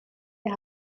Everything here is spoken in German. wir